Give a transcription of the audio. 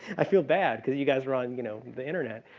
i feel bad because you guys run, you know, the internet.